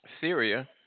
Syria